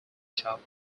shop